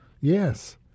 Yes